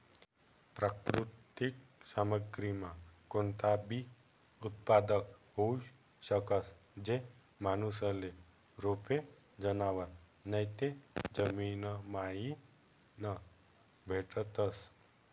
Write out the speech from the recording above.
प्राकृतिक सामग्रीमा कोणताबी उत्पादन होऊ शकस, जे माणूसले रोपे, जनावरं नैते जमीनमाईन भेटतस